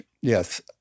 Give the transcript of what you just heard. yes